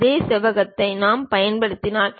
அதே செவ்வகத்தை நாம் பயன்படுத்தலாம்